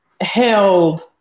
held